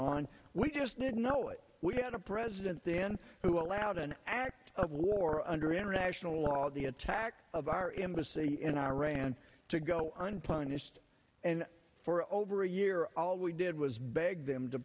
on we just didn't know it we had a president then who allowed an act of war under international law the attack of our embassy in iran to go unpunished and for over a year all we did was beg them to